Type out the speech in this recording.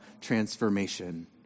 transformation